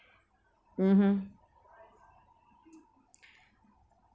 mmhmm